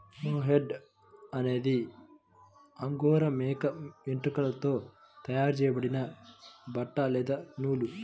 mohair అనేది Angora మేక వెంట్రుకలతో తయారు చేయబడిన బట్ట లేదా నూలు